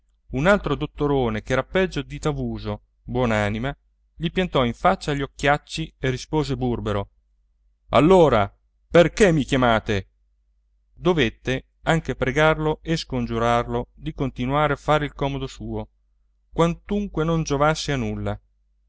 un altro dottorone ch'era peggio di tavuso buon'anima gli piantò in faccia gli occhiacci e rispose burbero allora perché mi chiamate dovette anche pregarlo e scongiurarlo di continuare a fare il comodo suo quantunque non giovasse a nulla